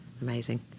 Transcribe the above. amazing